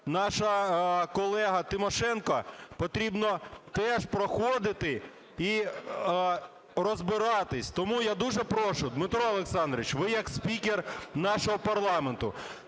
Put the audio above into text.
наша колега Тимошенко, потрібно теж проходити і розбиратися. Тому я дуже прошу, Дмитро Олександрович, ви як спікер нашого парламенту